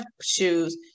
shoes